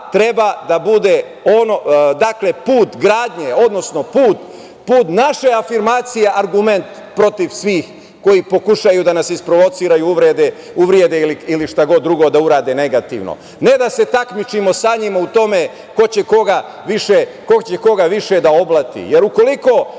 da bude, dakle put gradnje, odnosno put naše afirmacije argument protiv svih koji pokušaju da nas isprovociraju, uvrede ili šta god drugo da urade negativno. Ne da se takmičimo sa njima u tome ko će koga više da oblati, jer ukoliko